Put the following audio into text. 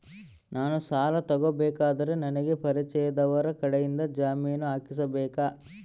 ನಾನು ಸಾಲ ತಗೋಬೇಕಾದರೆ ನನಗ ಪರಿಚಯದವರ ಕಡೆಯಿಂದ ಜಾಮೇನು ಹಾಕಿಸಬೇಕಾ?